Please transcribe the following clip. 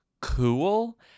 cool